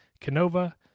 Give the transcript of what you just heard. Canova